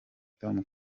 tom